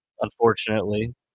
unfortunately